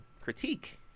critique